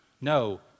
No